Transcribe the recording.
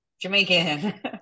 Jamaican